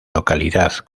localidad